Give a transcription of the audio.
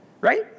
Right